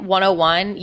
101